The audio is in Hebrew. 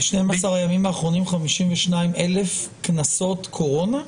ב-12 הימים האחרונים 52,000 קנסות קורונה?